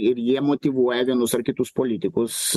ir jie motyvuoja vienus ar kitus politikus